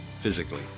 physically